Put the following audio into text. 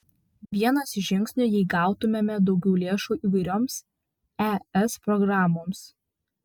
vienas iš žingsnių jei gautumėme daugiau lėšų įvairioms es programoms